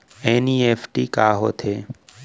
NEFT का होथे?